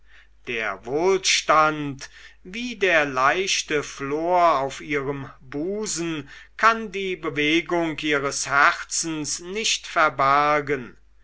der wohlstand wie der leichte flor auf ihrem busen kann die bewegung ihres herzens nicht verbergen